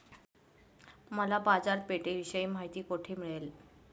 मला बाजारपेठेविषयी माहिती कोठे मिळेल?